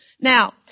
Now